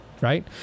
right